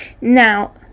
Now